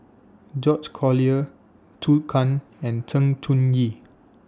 George Collyer Zhou Can and Sng Choon Yee